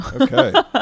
Okay